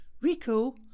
Rico